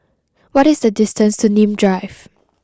what is the distance to Nim Drive